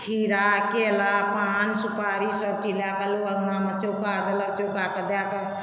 खीरा केरा पान सुपारी ई सभचीज लए कऽ लोक अङ्गनामे चौका देलक चौकाके दए कऽ